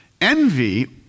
Envy